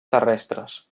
terrestres